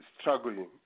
struggling